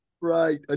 Right